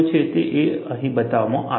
તે જ અહીં બતાવવામાં આવ્યું છે